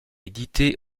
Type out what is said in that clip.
édités